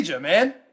man